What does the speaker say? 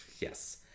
Yes